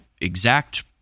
exact